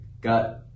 got